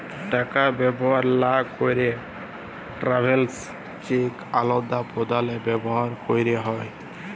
টাকা ব্যবহার লা ক্যেরে ট্রাভেলার্স চেক আদাল প্রদালে ব্যবহার ক্যেরে হ্যয়